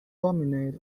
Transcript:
dominant